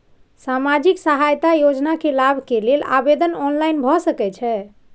सामाजिक सहायता योजना के लाभ के लेल आवेदन ऑनलाइन भ सकै छै?